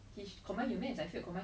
it's about the choice like